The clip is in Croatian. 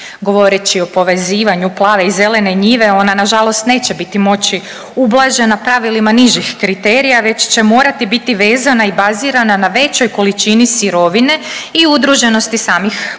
Govoreći o povezivanju plave i zelene njive ona na žalost neće biti moći ublažena pravilima nižih kriterija već će morati biti vezana i bazirana na većoj količini sirovine i udruženosti samih proizvođača.